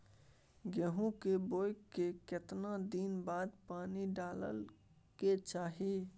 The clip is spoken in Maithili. गेहूं के बोय के केतना दिन बाद पानी डालय के चाही?